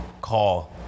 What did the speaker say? call